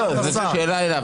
זאת שאלה אליו.